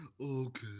okay